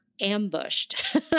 ambushed